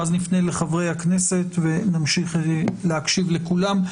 ואז נפנה לחברי הכנסת ונמשיך להקשיב לכולם.